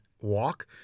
walk